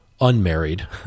unmarried